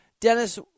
Dennis